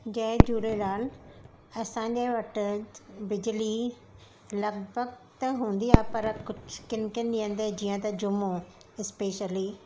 जय झूलेलाल असांजे वटि बिजली लॻभॻि त हूंदी आहे पर कुझु कीन्ह कीन्ह ॾींहंनि ते जीअं त जुमो इस्पेशली